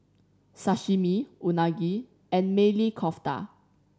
Sashimi Unagi and Maili Kofta